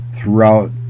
throughout